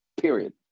Period